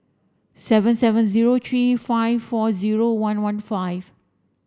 seven seven zero three five four zero one one five